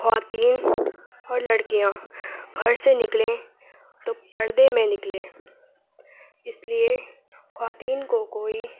خواتین اور لڑکیاں گھر سے نکلیں تو پردے میں نکلیں اِس لیے خواتین کو کوئی